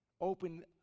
Open